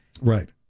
Right